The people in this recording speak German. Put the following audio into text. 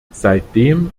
seitdem